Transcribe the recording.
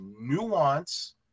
nuance